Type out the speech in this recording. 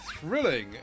thrilling